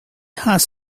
has